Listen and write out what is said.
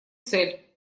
цель